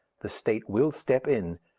the state will step in,